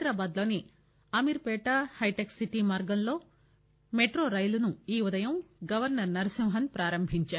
హైదరాబాద్ లోని అమీర్పీట హైటెక్ సిటీ మార్గంలో మెట్రో రైలును ఈ ఉదయం గవర్సర్ నరసింహన్ ప్రారంభించారు